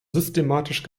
systematisch